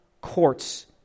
courts